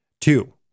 Two